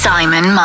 Simon